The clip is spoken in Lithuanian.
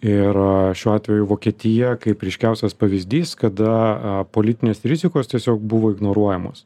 ir šiuo atveju vokietija kaip ryškiausias pavyzdys kada politinės rizikos tiesiog buvo ignoruojamos